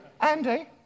Andy